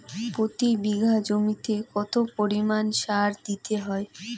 প্রতি বিঘা জমিতে কত পরিমাণ সার দিতে হয়?